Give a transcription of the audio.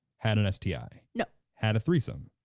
had an sti. nope. had a threesome.